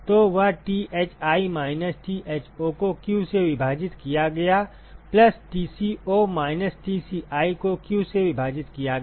तो वह Thi minus Tho को q से विभाजित किया गया प्लस Tco माइनस Tci को q से विभाजित किया गया